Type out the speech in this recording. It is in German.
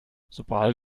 sobald